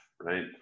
right